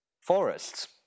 forests